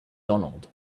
donald